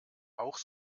auch